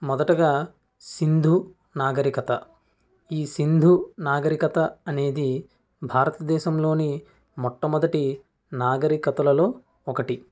మొదటగా సింధు నాగరికత ఈ సింధు నాగరికత అనేది భారతదేశంలోని మొట్టమొదటి నాగరికతలలో ఒకటి